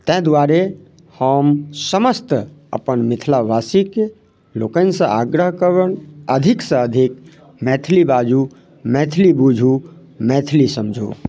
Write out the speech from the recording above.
तैँ दुआरे हम समस्त अपन मिथिलावासीके लोकनिसँ आग्रह करबनि अधिकसँ अधिक मैथिली बाजू मैथिली बुझू मैथिली समझू